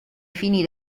fini